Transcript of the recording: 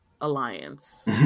alliance